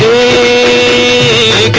a